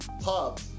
pub